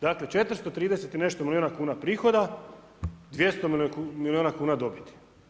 Dakle, 430 i nešto milijuna kn prihoda, 200 milijuna kn dobiti.